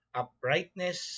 uprightness